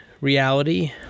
reality